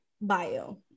bio